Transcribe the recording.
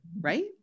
right